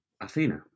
Athena